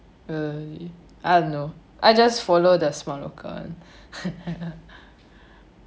um I don't know I just follow the smart local one